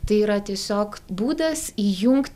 tai yra tiesiog būdas įjungt